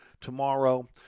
tomorrow